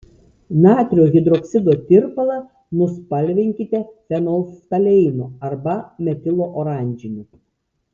natrio hidroksido tirpalą nuspalvinkite fenolftaleinu arba metiloranžiniu